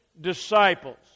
disciples